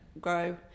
grow